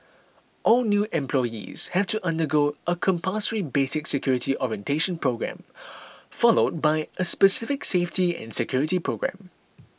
all new employees have to undergo a compulsory basic security orientation programme followed by a specific safety and security programme